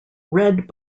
red